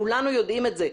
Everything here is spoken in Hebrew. כולנו יודעים את זה.